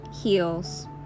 heels